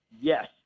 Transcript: Yes